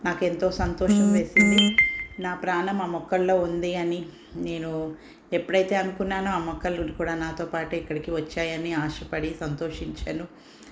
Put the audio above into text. నాకు ఎంతో సంతోషం వేసింది నా ప్రాణం ఆ మొక్కల్లో ఉంది అని నేను ఎప్పుడైతే అనుకున్నానో ఆ మొక్కలు కూడా నాతో పాటే ఇక్కడికి వచ్చాయని ఆశపడి సంతోషించాను